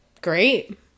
Great